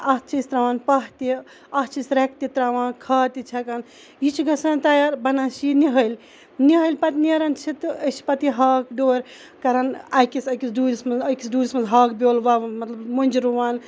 اتھ چھِ أسۍ تراوان پاہہ تہِ اتھ چھِ أسۍ ریٚکہٕ تہِ تراوان کھاد تہِ چھَکان یہِ چھ گَژھان تَیار بَنان چھ یہِ نہل نہل پَتہٕ نیران چھِ تہٕ أسۍ چھِ پَتہٕ یہِ ہاک ڈور کَران أکِس أکِس ڈوٗرِس مَنٛز أکِس ڈوٗرِس مَنٛز ہاکھ بیول وَون مَطلَب مۄنٛجہِ رُوان